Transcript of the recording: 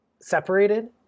separated